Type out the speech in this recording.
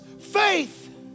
faith